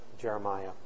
Jeremiah